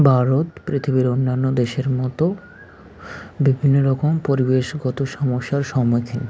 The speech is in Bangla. ভারত পৃথিবীর অন্যান্য দেশের মতো বিভিন্ন রকম পরিবেশগত সমস্যার সম্মুখীন